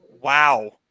Wow